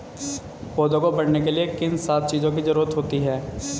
पौधों को बढ़ने के लिए किन सात चीजों की जरूरत होती है?